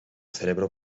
cerebro